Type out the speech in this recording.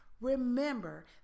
Remember